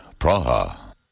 Praha